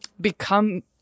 become